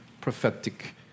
prophetic